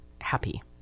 happy